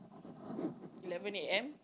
eleven A_M